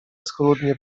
schludnie